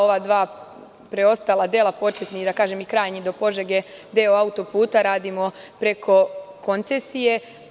Ova dva preostala dela, početni i krajnji do Požege deo autoputa radimo preko koncesije.